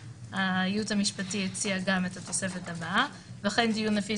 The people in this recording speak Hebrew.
והייעוץ המשפטי הציע גם את התוספת הבאה - וכן דיון לפי